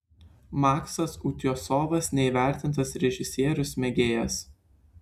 maksas utiosovas neįvertintas režisierius mėgėjas